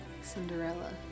Cinderella